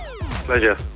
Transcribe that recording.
Pleasure